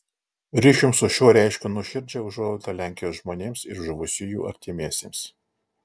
ryšium su šiuo reiškiu nuoširdžią užuojautą lenkijos žmonėms ir žuvusiųjų artimiesiems